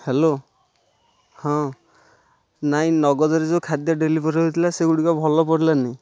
hello ହଁ ନାଇଁ ନଗଦରେ ଯେଉଁ ଖାଦ୍ୟ ଡେଲିଭରି ହେଇଥିଲା ସେଗୁଡ଼ିକ ଭଲ ପଡ଼ିଲାନି